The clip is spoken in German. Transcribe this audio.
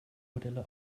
modelle